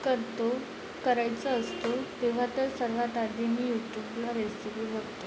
करतो करायचा असतो तेव्हा तर सर्वात आधी मी यूट्यूबला रेसिपी बघते